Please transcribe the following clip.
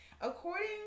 According